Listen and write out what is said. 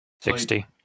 Sixty